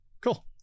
Cool